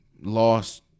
lost